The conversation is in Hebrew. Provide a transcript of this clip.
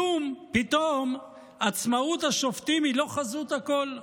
פתאום עצמאות השופטים היא לא חזות הכול,